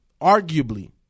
arguably –